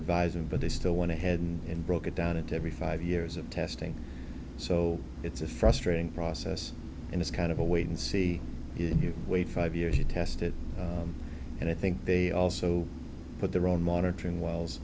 advisement but they still went ahead and broke it down into every five years of testing so it's a frustrating process and it's kind of a wait and see if you wait five years to test it and i think they also put their own monitoring wells